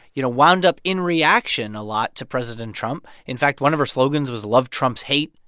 you know, wound up in reaction a lot to president trump. in fact, one of her slogans was love trumps hate.